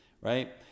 right